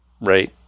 right